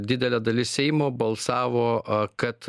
didelė dalis seimo balsavo kad